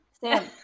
Sam